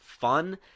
fun